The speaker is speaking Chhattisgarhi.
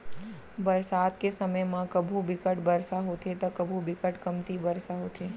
बरसात के समे म कभू बिकट बरसा होथे त कभू बिकट कमती बरसा होथे